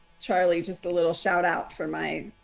charlie just a little shout out for mine.